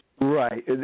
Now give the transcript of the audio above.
Right